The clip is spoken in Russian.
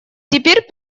теперь